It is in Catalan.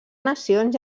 nacions